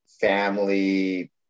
family